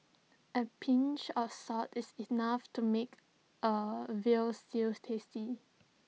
A pinch of salt is enough to make A Veal Stew tasty